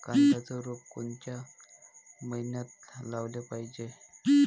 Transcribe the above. कांद्याचं रोप कोनच्या मइन्यात लावाले पायजे?